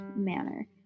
manner